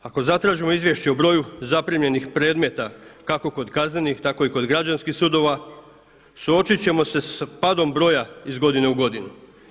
Ako zatražimo izvješće o broju zaprimljenih predmeta kako kod kaznenih, tako i kod građanskih sudova suočit ćemo se sa padom broja iz godine u godinu.